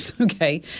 Okay